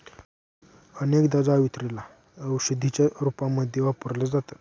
अनेकदा जावेत्री ला औषधीच्या रूपामध्ये वापरल जात